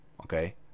okay